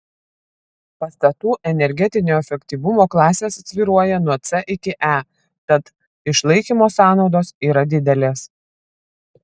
pastatų energetinio efektyvumo klasės svyruoja nuo c iki e tad išlaikymo sąnaudos yra didelės